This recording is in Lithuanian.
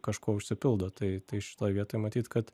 kažkuo užsipildo tai tai šitoj vietoj matyt kad